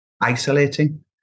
isolating